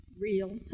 real